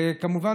כמובן,